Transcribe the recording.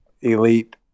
elite